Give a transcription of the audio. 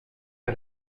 est